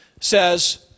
says